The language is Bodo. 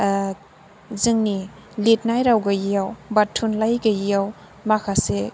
जोंनि लिरनाय राव गैयैयाव बा थुनलाइ गैयैयाव माखासे